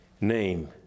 name